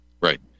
Right